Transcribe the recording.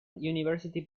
university